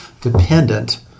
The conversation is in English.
dependent